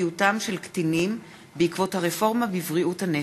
בפרטיותם של קטינים בעקבות הרפורמה בבריאות הנפש.